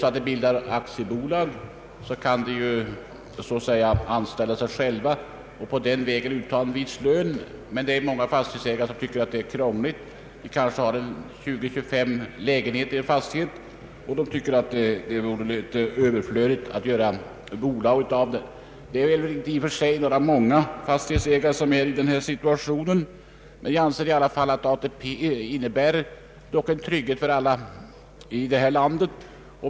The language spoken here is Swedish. Om de bildar aktiebolag kan de så att säga anställa sig själva och på den vägen ta ut en viss lön, men många fastighetsägare tycker att det är krångligt. De har kanske 20—2535 lägenheter i en fastighet, och de tycker att det är överflödigt att göra bolag av en sådan verksamhet. Det är inte så många fastighetsägare som är i den här situationen. Jag anser i alla fall att ATP innebär en trygghet för alla i det här landet.